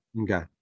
Okay